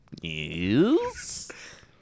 Yes